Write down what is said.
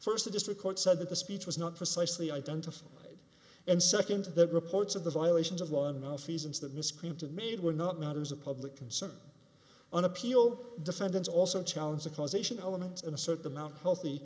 first a district court said that the speech was not precisely identified and second that reports of the violations of law and enough reasons that miss clinton made were not matters of public concern on appeal defendants also challenge the causation element in a certain amount of healthy